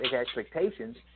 expectations –